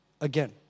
again